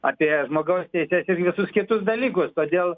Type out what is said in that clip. apie žmogaus teises ir visus kitus dalykus todėl